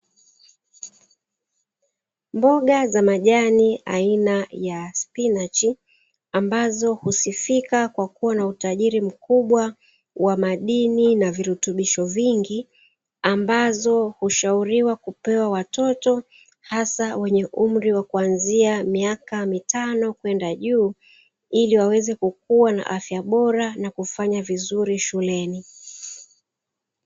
Mboga za majani aina ya spinachi ambazo husifika kwa kuwa na utajiri mkubwa wa madini na virutubisho vingi, ambazo hushauriwa kupewa watoto hasa kwenye umri wa kuanzia miaka mitano kwenda juu, ili waweze kukua na afya bora na kufanya vizuri shuleni.